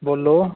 बोल्लो